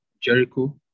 Jericho